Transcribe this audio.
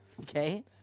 Okay